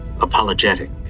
Apologetic